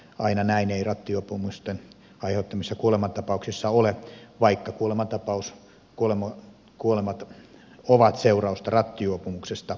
aina näin ei rattijuopumusten aiheuttamissa kuolemantapauksissa ole vaikka kuolemat ovat seurausta rattijuopumuksesta